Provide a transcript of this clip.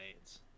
AIDS